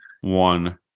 one